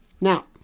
Now